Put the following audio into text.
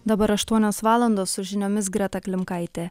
dabar aštuonios valandos su žiniomis greta klimkaitė